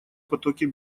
потоки